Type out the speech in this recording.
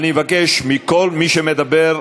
אני מבקש מכל מי שמדבר,